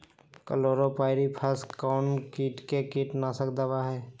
Chlorpyrifos कौन किट का कीटनाशक दवा है?